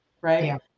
right